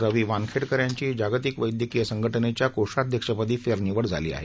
रवी वानखेडकर यांची जागतिक वैद्यकीय संघटनेच्या कोषाध्यक्षपदी फेरनिवड झाली आहे